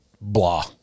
blah